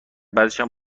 بعدشم